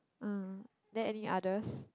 uh then any others